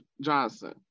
Johnson